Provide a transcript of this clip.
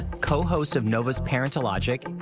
co-host of nova's parentalogic,